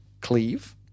cleave